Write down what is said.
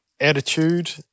Attitude